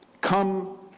come